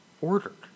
ordered